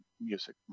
music